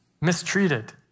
mistreated